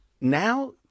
now